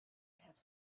have